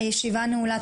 הישיבה נעולה.